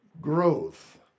growth